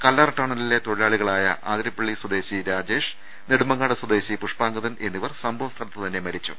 കല്ലാർ ടണലിലെ തൊഴിലാളികളായ ആതിരപ്പള്ളി സ്വദേശി രാജേഷ് നെടുമങ്ങാട് സ്വദേശി പുഷ്പാംഗദൻ എന്നിവർ സംഭവസ്ഥലത്ത് തന്നെ മരിച്ചു